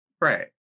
right